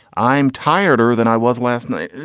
i'm tired or than i was last night.